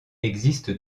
existe